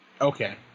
Okay